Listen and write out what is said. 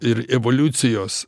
ir evoliucijos